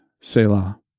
Selah